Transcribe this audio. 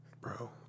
Bro